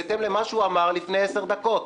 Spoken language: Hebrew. בהתאם למה שהוא אמר לפני עשר דקות.